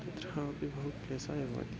तत्रापि बहु क्लेशाय भवति